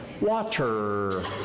water